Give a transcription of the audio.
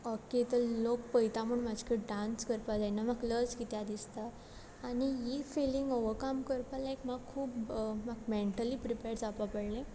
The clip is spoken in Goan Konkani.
कियें तल लोक पळयता म्हूण म्हाजे कडेन डांस करपा जायना म्हाक लज कित्या दिसता आनी ही फिमींग ओवकाम करपा लायक म्हाक खूब म्हाक मँटली प्रिपॅड जावपा पडलें